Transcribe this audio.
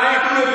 ואתה ציוני?